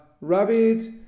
rabbit